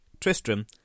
Tristram